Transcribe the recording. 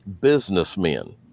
businessmen